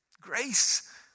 Grace